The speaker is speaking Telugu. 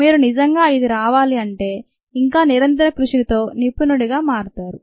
మీరు నిజంగా ఇది రావాలంటే ఇంకా నిరంతర కృషితో నిపుణుడిగా మారతారు